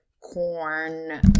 corn